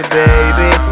baby